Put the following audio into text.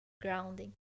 grounding